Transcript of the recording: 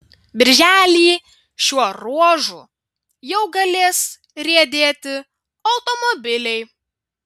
birželį šiuo ruožu jau galės riedėti automobiliai